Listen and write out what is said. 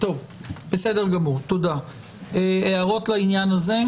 יש הערות לעניין הזה?